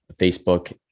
Facebook